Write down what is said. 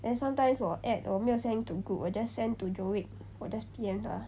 then sometimes 我 add 我没有 send into group 我 just send to joric 我 just P_M 他